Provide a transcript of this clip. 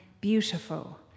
beautiful